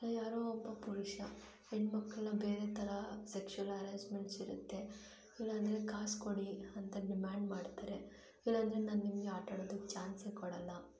ಯಾರೋ ಒಬ್ಬ ಪುರುಷ ಹೆಣ್ಮಕ್ಕಳನ್ನ ಬೇರೆ ಥರ ಸೆಕ್ಷುವಲ್ ಹೆರಾಸ್ಮೆಂಟ್ಸಿರುತ್ತೆ ಇಲ್ಲ ಅಂದರೆ ಕಾಸು ಕೊಡಿ ಅಂತ ಡಿಮ್ಯಾಂಡ್ ಮಾಡ್ತಾರೆ ಇಲ್ಲ ಅಂದರೆ ನಾನು ನಿಮಗೆ ಆಟ ಆಡೋದಕ್ಕೆ ಚಾನ್ಸೇ ಕೊಡಲ್ಲ